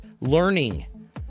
learning